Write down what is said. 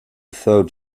third